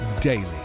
daily